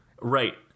Right